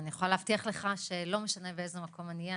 אני יכולה להבטיח לך שלא משנה באיזה מקום אני אהיה,